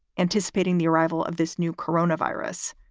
anticipating the arrival of this new coronavirus,